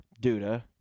Duda